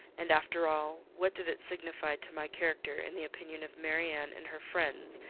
and after all, what did it signify to my character in the opinion of marianne and her friends,